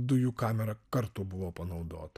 dujų kamera kartų buvo panaudota